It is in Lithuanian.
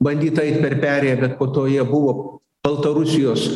bandyta eit per perėją bet po to jie buvo baltarusijos